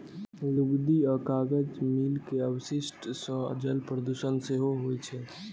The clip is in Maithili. लुगदी आ कागज मिल के अवशिष्ट सं जल प्रदूषण सेहो होइ छै